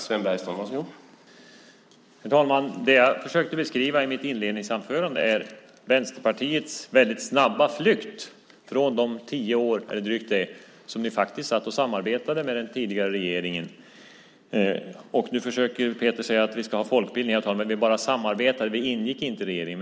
Herr talman! Det jag försökte beskriva i mitt inledningsanförande är Vänsterpartiets väldigt snabba flykt från de tio år och drygt det då ni faktiskt samarbetade med den tidigare regeringen. Nu försöker Peter säga att vi ska ha folkbildning och att man bara samarbetade och inte ingick i regeringen.